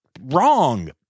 wrong